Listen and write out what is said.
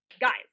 guys